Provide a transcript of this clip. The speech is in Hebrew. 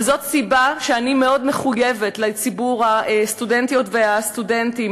וזאת הסיבה שאני מאוד מחויבת לציבור הסטודנטיות והסטודנטים.